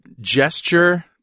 gesture